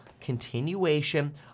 continuation